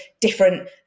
different